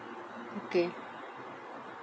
okay